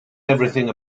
everything